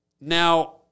Now